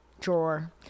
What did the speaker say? drawer